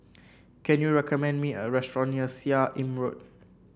can you recommend me a restaurant near Seah Im Road